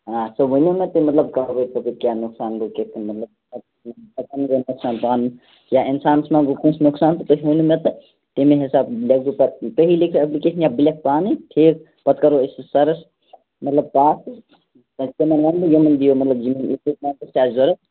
آ سُہ ؤنِو نَہ تُہۍ مطلب کَپٲرۍ کَپٲرۍ کیٛاہ نۄقصان گوٚو کِتھ کٔنۍ مطلب یا اِنسانس مَہ گوٚو کٲنٛسہِ نۄقصان تہٕ تُہۍ ؤنِو مےٚ تہٕ تَمی حِساب بہٕ پتہٕ تُہۍ لیکھِو اٮ۪پلِکیشن یا بہٕ لیکھہٕ پانَے ٹھیٖک پتہٕ کَرو أسۍ یہِ سَرس مطلب پاس تہٕ تَتہِ تِمَن وَنہٕ بہٕ یِمن یہِ مطلب آسہِ ضوٚرَتھ